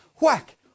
whack